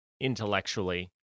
intellectually